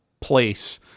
place